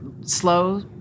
slow